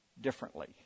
differently